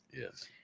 Yes